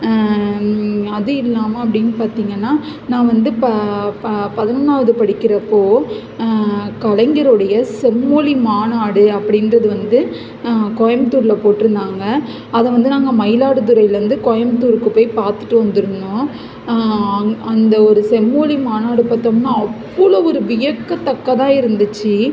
அது இல்லாமல் அப்படின்னு பார்த்திங்கன்னா நான் வந்து இப்போ ப பதினொன்றாவது படிக்கிறப்போ கலைஞருடைய செம்மொழி மாநாடு அப்படின்றது வந்து கோயம்முத்தூர்ல போட்டிருந்தாங்க அதை வந்து நாங்கள் மயிலாடுதுறைலேருந்து கோயம்முத்தூருக்கு போய் பார்த்துட்டு வந்திருந்தோம் அங் அந்த ஒரு செம்மொழி மாநாடு பார்த்தோம்னா அவ்வளோ ஒரு வியக்கத்தக்கதாக இருந்துச்சு